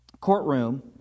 courtroom